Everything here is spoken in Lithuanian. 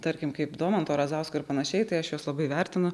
tarkim kaip domanto razausko ir panašiai tai aš juos labai vertinu